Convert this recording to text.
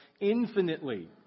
infinitely